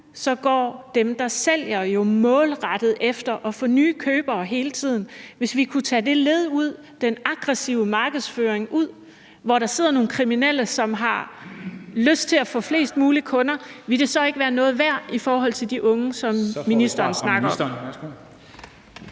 nu, går dem, der sælger, jo målrettet efter hele tiden at få nye købere. Hvis vi kunne tage det led ud, tage den aggressive markedsføring ud, hvor der sidder nogle kriminelle, som har lyst til at få flest mulige kunder, ville det så ikke være noget værd i forhold til de unge, som ministeren snakker om?